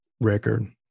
record